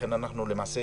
לכן אנחנו למעשה